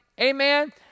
Amen